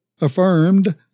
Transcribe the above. affirmed